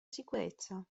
sicurezza